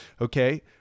okay